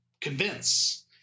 convince